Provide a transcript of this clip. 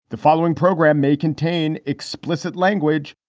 the following program may contain explicit language